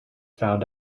found